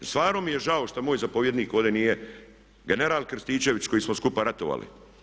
Stvarno mi je žao što moj zapovjednik ovdje nije, general Krstičević koji smo skupa ratovali.